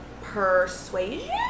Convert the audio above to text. Persuasion